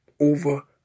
over